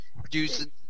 producing